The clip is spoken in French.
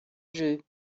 jeu